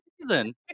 season